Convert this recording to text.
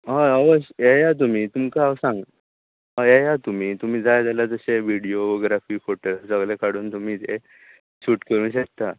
हय अवश्य येयात तुमी तुमकां हांव सांग येया तुमी तुमी जाय जाल्या तशे विडियोग्राफी फोटो सगळे काडून तुमी तें शुट करूं शकता